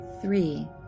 three